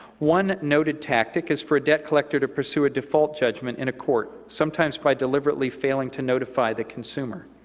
one noted tactic is for a debt collector to pursue a default judgment in a court, sometimes by deliberately failing to notify the consumer.